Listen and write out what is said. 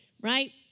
right